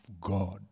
God